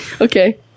Okay